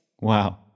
Wow